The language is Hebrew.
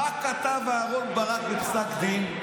מה כתב אהרן ברק בפסק הדין?